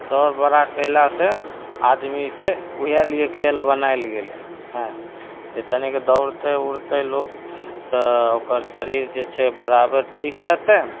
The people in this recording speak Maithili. दौड़बड़हा कएलासे आदमीके वएहलिए खेल बनैएल गेलै हँ हेँ जे तनिक दौड़तै उड़तै लोक तऽ ओकर शरीर जे छै बराबर ठीक रहतै